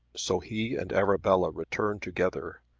so he and arabella returned together,